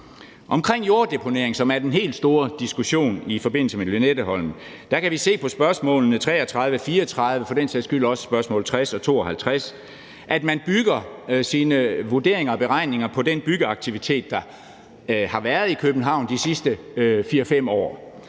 til jorddeponering, som er den helt store diskussion i forbindelse med Lynetteholm, kan vi se på svarene på spørgsmål 33 og 34 og for den sags skyld også spørgsmål 60 og 52, at man bygger sine vurderinger og beregninger på den byggeaktivitet, der har været i København de sidste 4-5 år.